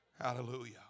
Hallelujah